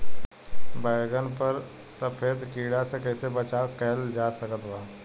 बैगन पर सफेद कीड़ा से कैसे बचाव कैल जा सकत बा?